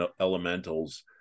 elementals